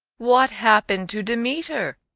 what happened to demeter?